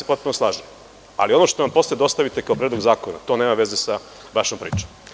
Potpuno se slažem, ali ono što nam posle dostavite kao predlog zakona, to nema veze sa vašom pričom.